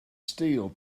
steel